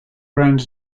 grand